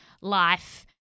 life